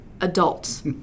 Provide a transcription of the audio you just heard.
adults